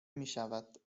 میشود